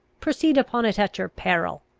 proceed upon it at your peril!